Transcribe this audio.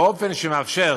באופן שמאפשר